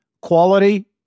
quality